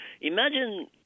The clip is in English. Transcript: Imagine